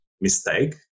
mistake